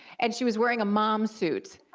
and she was wearing a mom suit,